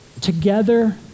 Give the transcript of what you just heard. together